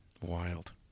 wild